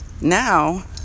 now